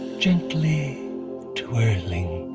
gently twirling